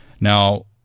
Now